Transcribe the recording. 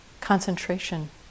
concentration